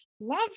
love